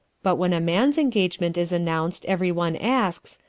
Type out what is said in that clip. but when a man's engagement is announced every one asks,